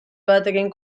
batekin